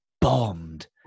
bombed